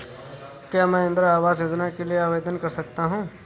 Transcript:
क्या मैं इंदिरा आवास योजना के लिए आवेदन कर सकता हूँ?